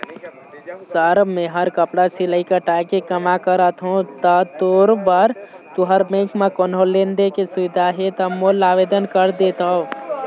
Sir मेहर कपड़ा सिलाई कटाई के कमा करत हों ता मोर बर तुंहर बैंक म कोन्हों लोन दे के सुविधा हे ता मोर ला आवेदन कर देतव?